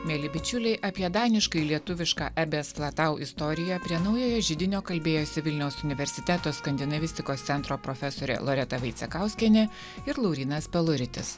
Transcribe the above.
mieli bičiuliai apie daniškai lietuvišką ebes flatau istoriją prie naujojo židinio kalbėjosi vilniaus universiteto skandinavistikos centro profesorė loreta vaicekauskienė ir laurynas peluritis